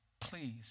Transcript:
please